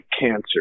cancer